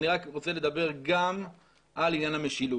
אני רק רוצה לדבר גם על עניין המשילות.